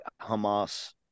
Hamas